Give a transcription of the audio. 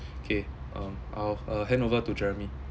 okay um I'll hand over to jeremy